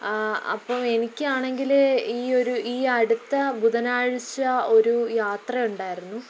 അപ്പം എനിക്കാണെങ്കിൽ ഈ ഒരു ഈ അടുത്ത ബുധനാഴ്ച്ച ഒരു യാത്ര ഉണ്ടായിരുന്നു